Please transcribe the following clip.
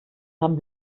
haben